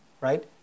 right